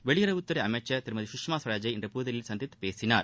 வெளியுறவுத்துறை அமைச்சர் திருமதி சுஷ்மா ஸ்வராஜை இன்று புதுதில்லியில் சந்தித்துப் பேசினார்